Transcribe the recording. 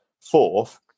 fourth